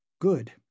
Good